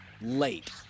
late